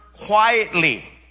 quietly